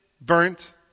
burnt